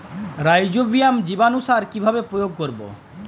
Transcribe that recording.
Rhizobium জীবানুসার কিভাবে প্রয়োগ করব?